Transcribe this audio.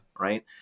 Right